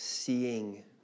Seeing